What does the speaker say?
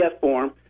form